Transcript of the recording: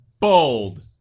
bold